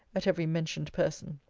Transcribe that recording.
at every mentioned person,